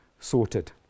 sorted